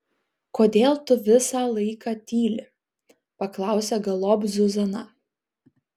kodėl tu visą laiką tyli paklausė galop zuzana